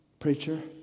Preacher